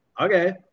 okay